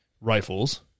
rifles